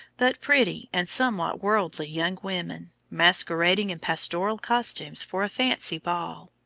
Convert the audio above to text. but pretty and somewhat worldly young women, masquerading in pastoral costumes for a fancy ball.